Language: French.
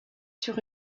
sur